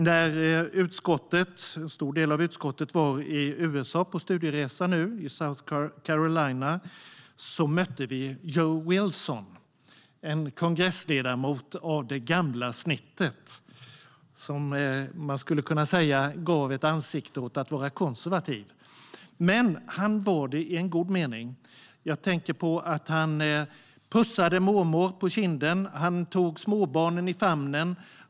När en stor del av utskottet var i USA på studieresa i South Carolina mötte vi Joe Wilson, en kongressledamot av det gamla snittet, som man skulle kunna säga gav ett ansikte åt att vara konservativ. Men han var det i en god mening. Jag tänker på att han pussade mormor på kinden. Han tog småbarnen i famnen.